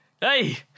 Hey